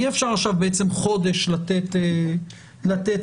ואי אפשר עכשיו חודש לתת דחייה.